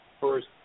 first